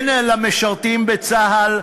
כן, למשרתים בצה"ל,